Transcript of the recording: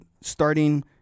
starting